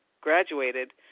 graduated